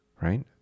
Right